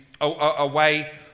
away